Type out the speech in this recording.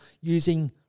using